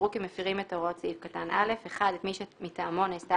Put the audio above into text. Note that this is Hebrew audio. יראו כמפירים את הוראות סעיף קטן (א) (1)את מי שמטעמו נעשתה